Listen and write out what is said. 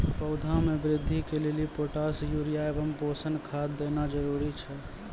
पौधा मे बृद्धि के लेली पोटास यूरिया एवं पोषण खाद देना जरूरी छै?